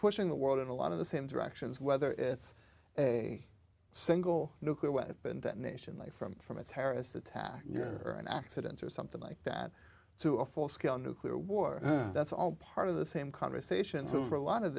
pushing the world in a lot of the same directions whether it's a single nuclear weapon that nation like from from a terrorist attack you know or an accident or something like that to a full scale nuclear war that's all part of the same conversations over a lot of